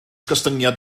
gostyngiad